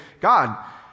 God